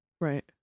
Right